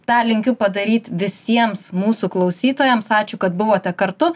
tą linkiu padaryt visiems mūsų klausytojams ačiū kad buvote kartu